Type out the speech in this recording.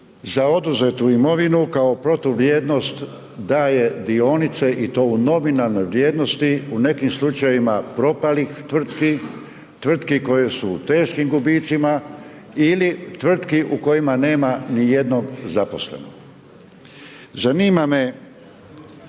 za oduzetu imovinu kao protuvrijednost daje dionice i to u nominalnoj vrijednosti, u nekim slučajevima, propalih tvrtki, tvrtki koje su u teškim gubitcima ili tvrtki u kojima nema ni jednog zaposlenog. Zanima me